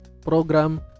program